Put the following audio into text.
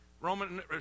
Roman